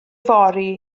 fory